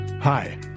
Hi